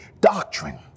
doctrine